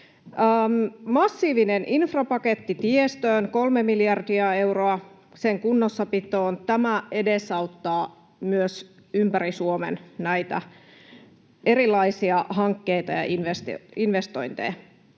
massiivinen infrapaketti tiestöön, kolme miljardia euroa, sen kunnossapitoon. Tämä edesauttaa myös ympäri Suomen näitä erilaisia hankkeita ja investointeja.